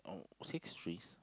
six trees